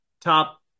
top